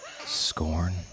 Scorn